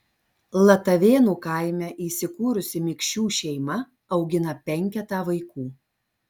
latavėnų kaime įsikūrusi mikšių šeima augina penketą vaikų